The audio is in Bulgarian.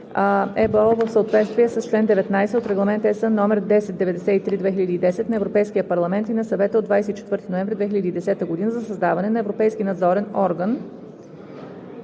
ЕБО в съответствие с чл. 19 от Регламент (ЕС) № 1093/2010 на Европейския парламент и на Съвета от 24 ноември 2010 г. за създаване на Европейски надзорен орган